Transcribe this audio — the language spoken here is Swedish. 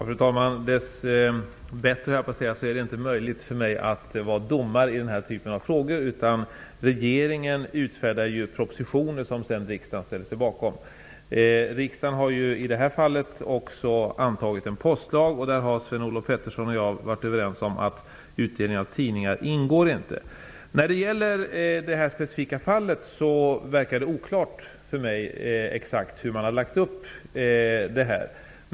Fru talman! Dessbättre är det inte möjligt för mig att vara domare i denna typ av frågor. Regeringen utfärdar propositioner, som riksdagen sedan ställer sig bakom. Riksdagen har i detta fall antagit en postlag, och Sven-Olof Petersson och jag har varit överens om att utdelning av tidningar inte behandlas i den. I det specifika fallet verkar det för mig vara oklart exakt hur man har lagt upp detta.